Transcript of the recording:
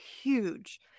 huge